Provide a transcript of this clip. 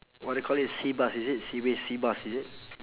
what they call it sea bass is it sea bass sea bass is it